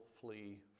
flee